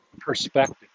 perspective